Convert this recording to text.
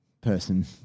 person